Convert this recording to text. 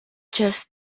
just